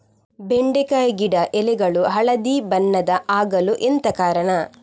ಬೆಂಡೆಕಾಯಿ ಗಿಡ ಎಲೆಗಳು ಹಳದಿ ಬಣ್ಣದ ಆಗಲು ಎಂತ ಕಾರಣ?